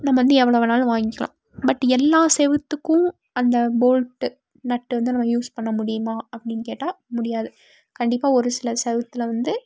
நம்ம வந்து எவ்வளோ வேணாலும் வாய்ங்கிலாம் பட் எல்லா செவத்துக்கும் அந்த போல்ட்டு நட்டு வந்து நம்ம யூஸ் பண்ண முடியுமா அப்படின் கேட்டால் முடியாது கண்டிப்பாக ஒரு சில செவத்துல வந்து